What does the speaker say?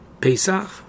Pesach